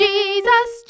Jesus